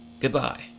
Goodbye